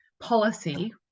policy